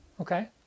Okay